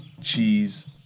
cheese